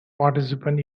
participant